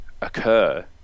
occur